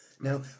Now